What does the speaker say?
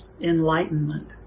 enlightenment